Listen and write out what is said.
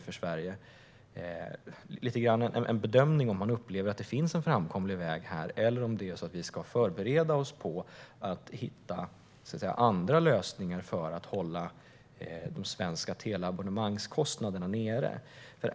Finns det en framkomlig väg här, eller ska vi förbereda oss på att hitta andra lösningar för att hålla de svenska teleabonnemangskostnaderna nere?